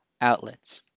outlets